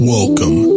Welcome